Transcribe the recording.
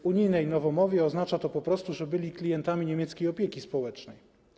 W unijnej nowomowie oznacza to po prostu, że byli oni klientami niemieckiej opieki społecznej.